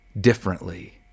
differently